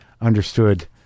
understood